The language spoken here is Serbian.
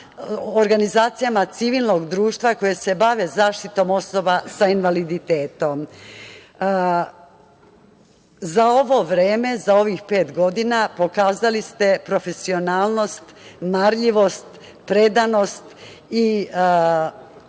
organizacijama civilnog društva koje se bave zaštitom osoba sa invaliditetom.Za ovo vreme, za ovih pet godina, pokazali ste profesionalnost, marljivost, predanost i